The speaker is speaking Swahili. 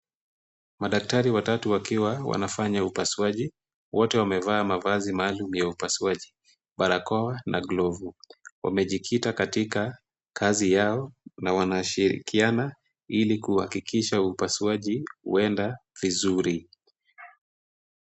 Madaktari watatu wakiwa wanafanya upasuaji. Wote wamevaa mavazi maalum ya upasuaji, barakoa na glovu. Wamejikita katika kazi yao na wanashirikiana ili kuhakikisha upasuaji huenda vizuri.